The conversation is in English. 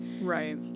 Right